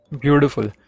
beautiful